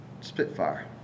Spitfire